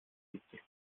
siebzig